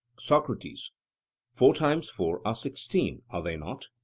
socrates four times four are sixteen are they not?